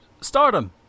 stardom